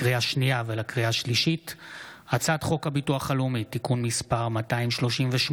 לקריאה שנייה ולקריאה שלישית: הצעת חוק הביטוח הלאומי (תיקון מס' 238,